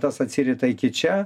tas atsirita iki čia